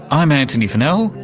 i'm antony funnell.